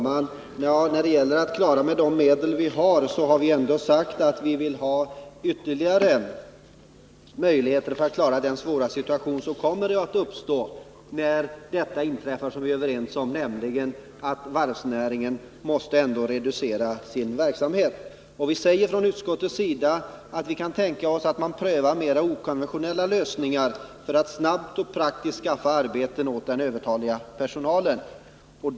Herr talman! När det gäller att klara sig med de medel vi har vill jag påpeka att vi ändå har sagt att vi behöver ytterligare resurser för att klara den svåra situation som kommer att uppstå när detta inträffar som vi är överens om nämligen att varvsnäringen måste reducera sin verksamhet. Vi säger i utskottet att vi kan tänka oss att pröva mera okonventionella lösningar för att snabbt och praktiskt skaffa arbete åt den övertaliga personalen.